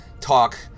talk